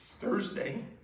Thursday